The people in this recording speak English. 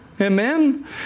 Amen